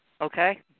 okay